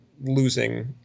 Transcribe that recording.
losing